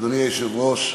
אדוני היושב-ראש,